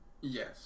yes